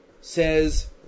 Says